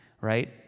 right